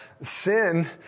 sin